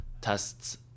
tests